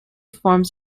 forms